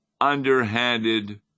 underhanded